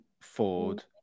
Ford